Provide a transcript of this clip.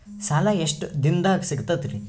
ಸಾಲಾ ಎಷ್ಟ ದಿಂನದಾಗ ಸಿಗ್ತದ್ರಿ?